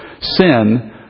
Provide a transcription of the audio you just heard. sin